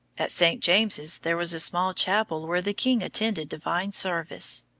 at st. james's there was a small chapel where the king attended divine service.